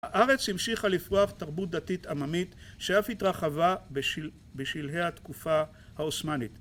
הארץ המשיכה לפרוח תרבות דתית עממית שאף התרחבה בשלהי התקופה העות'מאנית